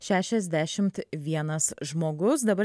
šešiasdešimt vienas žmogus dabar